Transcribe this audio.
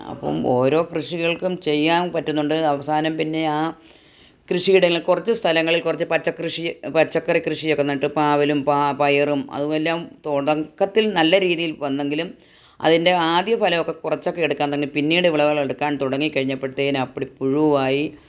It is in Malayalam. അപ്പം ഓരോ കൃഷികൾക്കും ചെയ്യാൻ പറ്റുന്നുണ്ട് അവസാനം പിന്നെ ആ കൃഷിയുടെ എല്ലാം കുറച്ച് സ്ഥലങ്ങളിൽ കുറച്ച് പച്ച കൃഷി പച്ചക്കറി കൃഷിയൊക്കെ നട്ടു പാവലും പ പയറും അതുമെല്ലാം തുടക്കത്തിൽ നല്ല രീതിയിൽ വന്നെങ്കിലും അതിൻ്റെ ആദ്യ ഫലം ഒക്കെ കുറച്ചൊക്കെ എടുക്കാൻ തന്നെ പിന്നീട് വിളകളൊക്കെ എടുക്കാൻ തുടങ്ങി കഴിഞ്ഞപ്പോഴത്തെന് അപ്പിടി പുഴുവായി